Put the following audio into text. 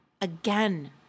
again